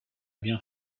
bien